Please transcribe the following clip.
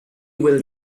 will